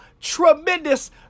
tremendous